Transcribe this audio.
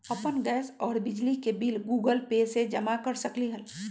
अपन गैस और बिजली के बिल गूगल पे से जमा कर सकलीहल?